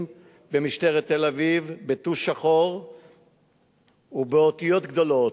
במשטרת תל-אביב בטוש שחור ובאותיות גדולות: